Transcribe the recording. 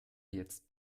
jetzt